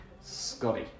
Scotty